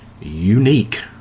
unique